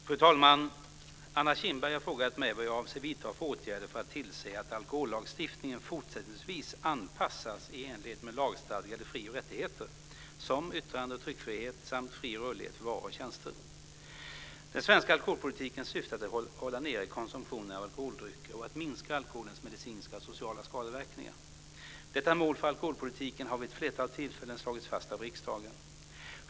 Fru talman! Anna Kinberg har frågat mig vad jag avser att vidta för åtgärder för att tillse att alkohollagstiftningen fortsättningsvis anpassas i enlighet med lagstadgade fri och rättigheter som yttrande och tryckfrihet samt fri rörlighet för varor och tjänster? Den svenska alkoholpolitiken syftar till att hålla nere konsumtionen av alkoholdrycker och att minska alkoholens medicinska och sociala skadeverkningar. Detta mål för alkoholpolitiken har vid ett flertal tillfällen slagits fast av riksdagen.